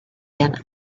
been